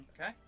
Okay